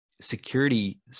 security